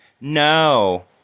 No